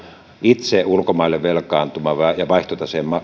itse ulkomaille velkaantuva ja vaihtotaseen